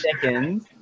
seconds